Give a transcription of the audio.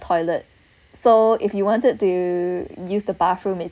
toilet so if you wanted to use the bathroom